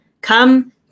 Come